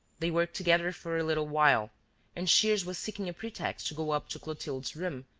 they worked together for a little while and shears was seeking a pretext to go up to clotilde's room,